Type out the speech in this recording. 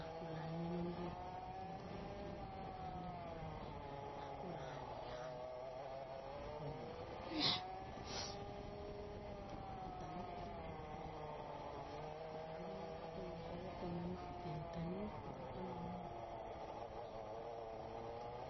La kula ni no buop tin tonga tin lakula ni han yo ta nir ena pe tunangu nir pe mun tua yo komia ma pe yo ta nir pe ta mung komia meni en ma.